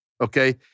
okay